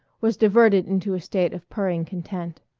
was diverted into a state of purring content.